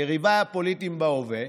יריביי הפוליטיים בהווה,